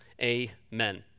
Amen